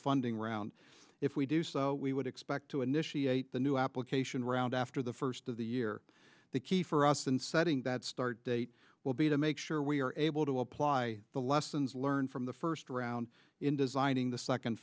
funding round if we do so we would expect to initiate the new application round after the first of the year the key for us in setting that start date will be to make sure we are able to apply the lessons learned from the first round in designing the second